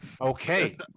Okay